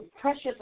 precious